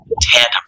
tandem